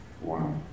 Wow